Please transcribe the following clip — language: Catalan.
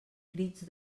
crits